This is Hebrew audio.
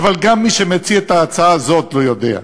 אבל גם מי שמציע את ההצעה הזאת לא יודע.